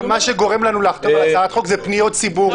שגורם לנו לחתום על הצעת חוק זה פניות ציבור.